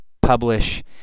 publish